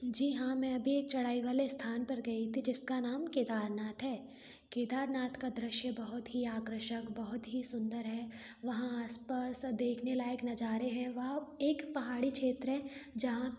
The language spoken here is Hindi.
जी हाँ मैं अभी एक चढ़ाई वाले स्थान पर गई थी जिसका नाम केदारनाथ है केदारनाथ का दृश्य बहुत ही आकर्षक बहुत ही सुंदर है वहाँ आसपास देखने लायक नजारे हैं वह एक पहाड़ी क्षेत्र है जहाँ